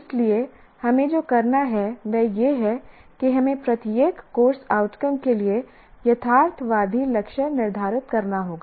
इसलिए हमें जो करना है वह यह है कि हमें प्रत्येक कोर्स आउटकम के लिए यथार्थवादी लक्ष्य निर्धारित करना होगा